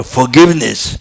forgiveness